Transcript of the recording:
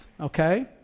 okay